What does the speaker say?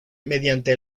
mediante